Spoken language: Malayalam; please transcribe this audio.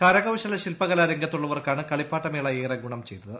കരകൌശല ശിൽപ്പകലാ രംഗത്തുള്ളവർക്കാണ് കളിപ്പാട്ട മേള ഏറെ ഗുണം ചെയ്തത്